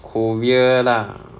korea lah